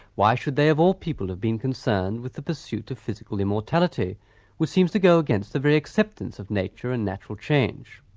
why should they of all people have been concerned with the pursuit of physical immortality which seems to go against the very acceptance of nature and natural change?